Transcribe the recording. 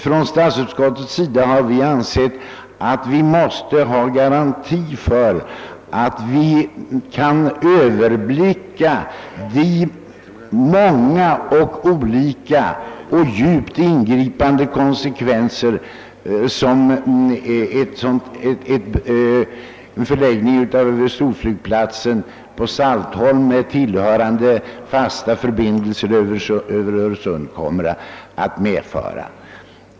Från statsutskottets sida har vi ansett, att vi måste ha möjlighet att överblicka de många, olika och djupt ingripande konsekvenser som en förläggning av storflygplatsen till Saltholm med tillhörande fasta förbindelser över Öresund kommer att medföra.